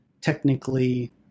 technically